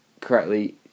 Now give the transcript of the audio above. correctly